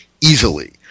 easily